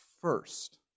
first